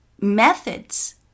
methods